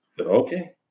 Okay